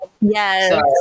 Yes